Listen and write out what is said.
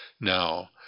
now